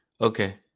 Okay